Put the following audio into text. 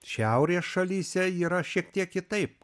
šiaurės šalyse yra šiek tiek kitaip